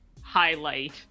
highlight